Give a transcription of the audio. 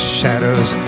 shadows